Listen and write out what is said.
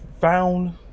found